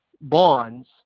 bonds